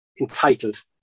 entitled